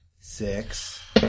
six